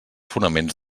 fonaments